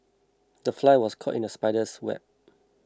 the fly was caught in the spider's web